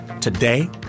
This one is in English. Today